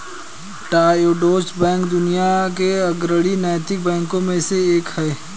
Triodos bank दुनिया के अग्रणी नैतिक बैंकों में से एक है